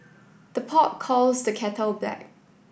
the pot calls the kettle black